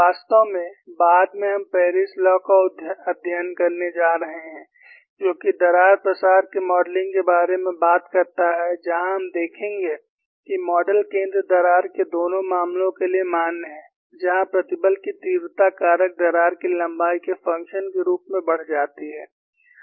वास्तव में बाद में हम पेरिस लॉ का अध्ययन करने जा रहे हैं जो कि दरार प्रसार के मॉडलिंग के बारे में बात करता है जहां हम देखेंगे कि मॉडल केंद्र दरार के दोनों मामलों के लिए मान्य है जहां प्रतिबल की तीव्रता कारक दरार की लंबाई के फंक्शन के रूप में बढ़ जाती है